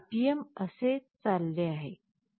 तर RPM असेच चालले आहे